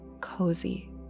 cozy